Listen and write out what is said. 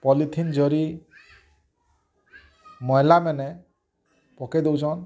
polythene ଜରି ମହିଳାମାନେ ପକେଇ ଦଉଛନ୍